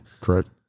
Correct